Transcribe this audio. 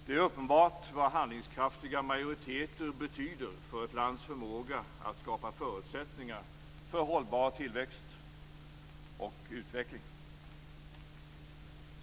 Det är uppenbart vad handlingskraftiga majoriteter betyder för ett lands förmåga att skapa förutsättningar för hållbar tillväxt och utveckling.